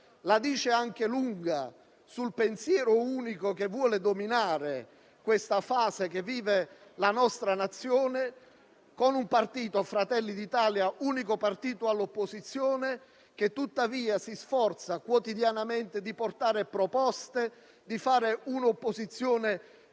la dice lunga sul pensiero unico che vuole dominare questa fase che vive la nostra Nazione, con un partito, Fratelli d'Italia, unico partito all'opposizione, che tuttavia si sforza quotidianamente di fare proposte e portare avanti un'opposizione